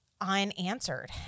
unanswered